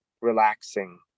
relaxing